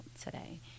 today